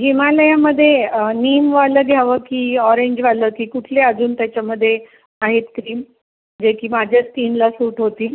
हिमालयामध्ये नीमवालं घ्यावं की ऑरेंजवालं की कुठले अजून त्याच्यामध्ये आहेत क्रीम जे की माझ्या स्कीनला सूट होतील